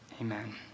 Amen